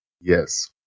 Yes